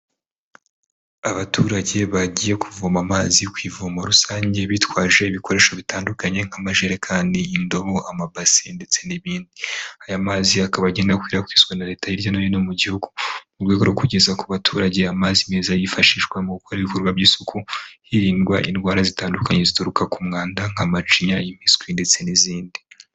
Abaturage bagiye kuvoma amazi ku ivomo rusange, bitwaje ibikoresho bitandukanye nk'amajerekani, indobo, amabasi, ndetse n'ibindi, aya mazi akaba agenda akwirakwizwa na leta hirya no hino mu gihugu, mu rwego rwo kugeza ku baturage amazi meza, yifashishwa mu gukora ibikorwa by'isuku, hirindwa indwara zitandukanye zituruka ku mwanda, nka macinya, impiswi, ndetse n'izindi.